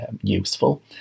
useful